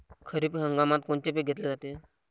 खरिप हंगामात कोनचे पिकं घेतले जाते?